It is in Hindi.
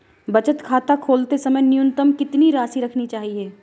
बचत खाता खोलते समय न्यूनतम कितनी राशि रखनी चाहिए?